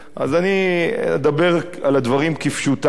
אז אני אדבר על הדברים כפשוטם.